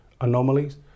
anomalies